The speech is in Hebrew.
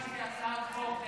הייתה לי הצעת חוק.